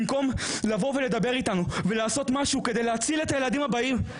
במקום לדבר איתנו ולעשות משהו שיציל את הילדים הבאים,